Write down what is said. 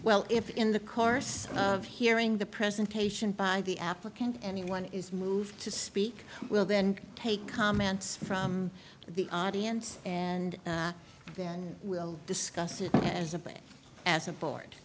well if in the course of hearing the presentation by the applicant anyone is moved to speak will then take comments from the audience and then we'll discuss it as a bit as a board